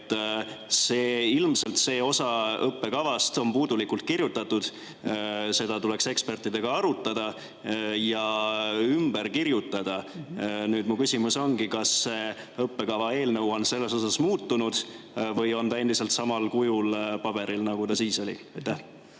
et ilmselt see osa õppekavast on puudulikult kirjutatud, seda tuleks ekspertidega arutada ja see ümber kirjutada. Nüüd mu küsimus ongi: kas õppekava eelnõu on selles osas muutunud või on ta endiselt samal kujul paberil, nagu ta siis oli?